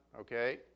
Okay